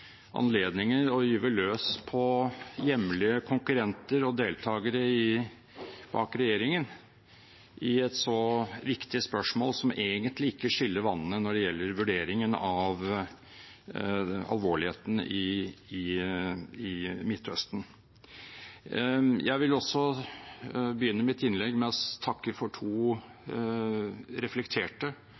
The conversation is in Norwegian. anledninger til å gyve løs på hjemlige konkurrenter og deltakere bak regjeringen enn i et så viktig spørsmål, som egentlig ikke skiller vannene når det gjelder vurderingen av alvorligheten i Midtøsten. Jeg vil også begynne mitt innlegg med å takke for to reflekterte